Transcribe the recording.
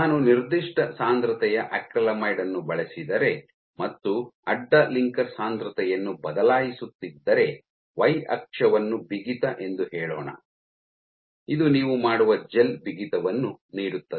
ನಾನು ನಿರ್ದಿಷ್ಟ ಸಾಂದ್ರತೆಯ ಅಕ್ರಿಲಾಮೈಡ್ ಅನ್ನು ಬಳಸಿದರೆ ಮತ್ತು ಅಡ್ಡ ಲಿಂಕರ್ ಸಾಂದ್ರತೆಯನ್ನು ಬದಲಾಯಿಸುತ್ತಿದ್ದರೆ ವೈ ಅಕ್ಷವನ್ನು ಬಿಗಿತ ಎಂದು ಹೇಳೋಣ ಇದು ನೀವು ಮಾಡುವ ಜೆಲ್ ಬಿಗಿತವನ್ನು ನೀಡುತ್ತದೆ